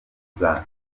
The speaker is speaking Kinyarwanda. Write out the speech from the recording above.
kuzana